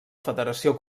federació